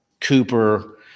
Cooper